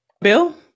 Bill